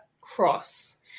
Cross